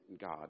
God